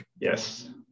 Yes